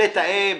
לתאם,